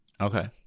Okay